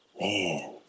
Man